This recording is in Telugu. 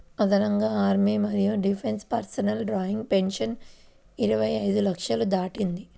అదనంగా ఆర్మీ మరియు డిఫెన్స్ పర్సనల్ డ్రాయింగ్ పెన్షన్ ఇరవై ఐదు లక్షలు దాటింది